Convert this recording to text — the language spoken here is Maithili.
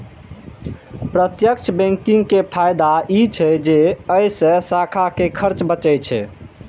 प्रत्यक्ष बैंकिंग के फायदा ई छै जे अय से शाखा के खर्च बचै छै